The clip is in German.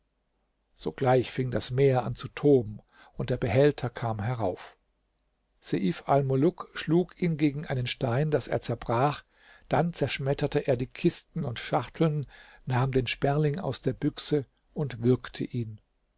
sogleich fing das meer an zu toben und der behälter kam herauf seif almuluk schlug ihn gegen einen stein daß er zerbrach dann zerschmetterte er die kisten und schachteln nahm den sperling aus der büchse und würgte ihn